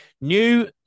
New